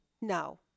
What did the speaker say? No